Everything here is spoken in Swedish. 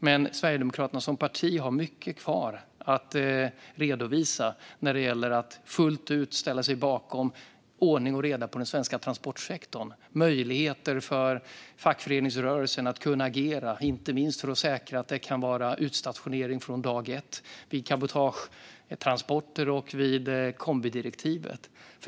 Men Sverigedemokraterna som parti har mycket kvar att redovisa när det gäller att fullt ut ställa sig bakom ordning och reda i den svenska transportsektorn och möjligheter för fackföreningsrörelsen, inte minst när det kan vara fråga om utstationering från dag ett vid cabotagetransporter och vid kombidirektivet.